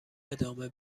ادامه